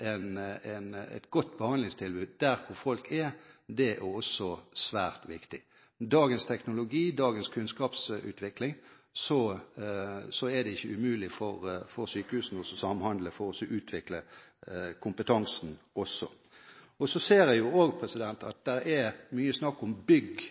et godt behandlingstilbud der hvor folk er, også er svært viktig. Med dagens teknologi og dagens kunnskapsutvikling er det ikke umulig for sykehusene å samhandle for å utvikle kompetansen også. Så ser jeg også at det er mye snakk om bygg